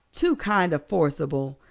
too kind of forcible,